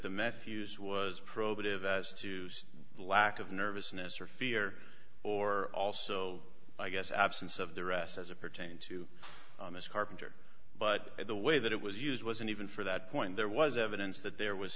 the meth use was probative as to see the lack of nervousness or fear or also i guess absence of the arrest as it pertains to this carpenter but the way that it was used wasn't even for that point there was evidence that there was